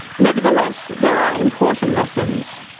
nevertheless, there are important lessons.